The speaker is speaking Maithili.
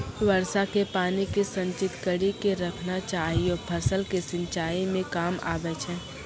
वर्षा के पानी के संचित कड़ी के रखना चाहियौ फ़सल के सिंचाई मे काम आबै छै?